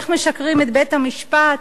איך משקרים לבית-המשפט.